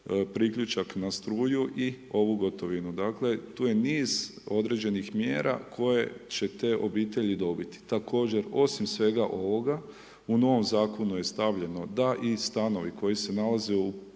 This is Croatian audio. priključak na struju i ovu gotovinu. Dakle, tu je niz određenih mjera koje će te obitelji dobiti. Također, osim svega ovoga, u novom Zakonu je stavljeno da i stanovi koji se nalaze u